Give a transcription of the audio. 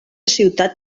ciutat